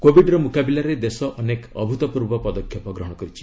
କୋବିଡର ମୁକାବିଲାରେ ଦେଶ ଅନେକ ଅଭ୍ତପୂର୍ବ ପଦକ୍ଷେପ ଗ୍ରହଣ କରିଛି